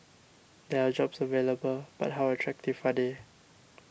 there are jobs available but how attractive are they